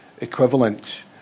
equivalent